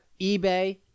eBay